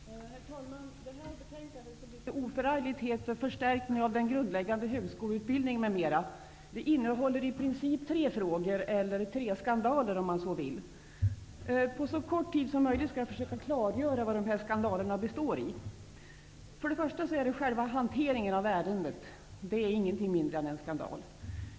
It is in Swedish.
Herr talman! Detta betänkande, som litet oförargligt heter Förstärkning av den grundläggande högskoleutbildningen m.m., innehåller i princip tre frågor eller tre skandaler, om man så vill. På så kort tid som möjligt skall jag försöka klargöra vari skandalerna består. För det första är själva hanteringen av ärendet ingenting mindre än en skandal.